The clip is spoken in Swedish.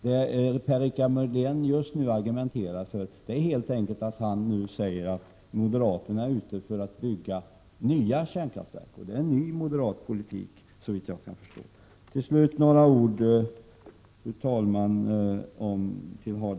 Vad Per-Richard Molén just nu argumenterar för är helt enkelt att moderaterna är ute efter att bygga nya kärnkraftverk. Såvitt jag förstår är det en ny moderat politik. Till slut några ord, fru talman, till Hadar Cars.